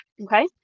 Okay